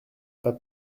pas